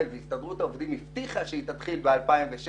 והסתדרות העובדים הבטיחה שהיא תתחיל ב-2016,